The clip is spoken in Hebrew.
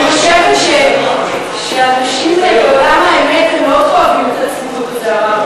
אני חושבת שאנשים מעולם האמת מאוד כואבים את הציטוט הזה,